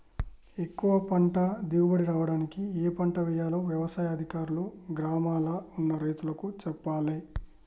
ఎక్కువ పంట దిగుబడి రావడానికి ఏ పంట వేయాలో వ్యవసాయ అధికారులు గ్రామాల్ల ఉన్న రైతులకు చెప్పాలే